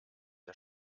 der